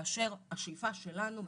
כאשר השאיפה שלנו כמשרד,